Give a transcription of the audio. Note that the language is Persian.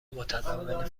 متداول